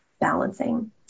balancing